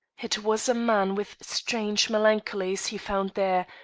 it was a man with strange melancholies he found there,